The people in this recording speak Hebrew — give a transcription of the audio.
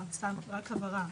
רגע, סליחה, רק הבהרה.